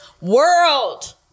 world